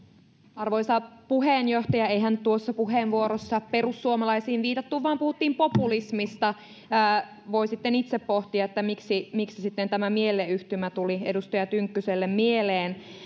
arvoisa puheenjohtaja eihän tuossa puheenvuorossa perussuomalaisiin viitattu vaan puhuttiin populismista voi sitten itse pohtia miksi miksi tämä mielleyhtymä tuli edustaja tynkkyselle mieleen